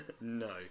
No